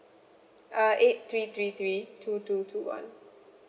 uh eight three three three two two two one